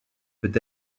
peut